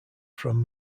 from